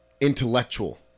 intellectual